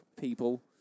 people